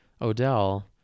Odell